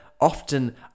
often